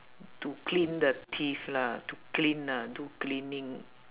to clean the teeth lah to clean ah do cleaning